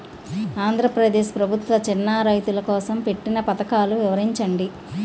ఆంధ్రప్రదేశ్ ప్రభుత్వ చిన్నా రైతుల కోసం పెట్టిన పథకాలు వివరించండి?